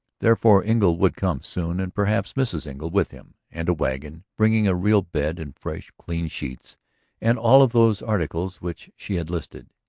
therefore engle would come soon, and perhaps mrs. engle with him. and a wagon bringing a real bed and fresh clean sheets and all of those articles which she had listed.